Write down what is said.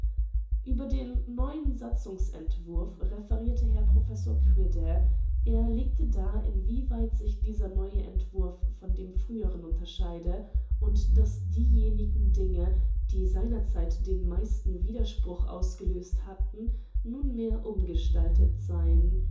über den neuen satzungsentwurf referierte herr prof quidde er legte dar inwieweit sich dieser neue entwurf von dem früheren unterscheide und daß diejenigen dinge die seinerzeit den meisten widerspruch ausgelöst hatten nunmehr umgestaltet seien